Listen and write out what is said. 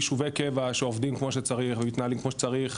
יישובי קבע שעובדים ומתנהלים כמו שצריך,